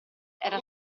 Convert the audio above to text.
era